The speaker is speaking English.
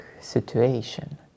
situation